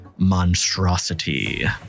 monstrosity